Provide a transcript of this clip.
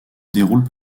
déroulent